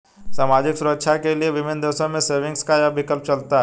सामाजिक सुरक्षा के लिए विभिन्न देशों में सेविंग्स का यह प्रकल्प चलता है